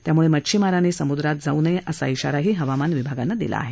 त्यामुळे मच्छीमारांनी समुद्रावर जाऊ नये असा शिाराही हवामान विभागानं दिला आहे